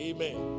Amen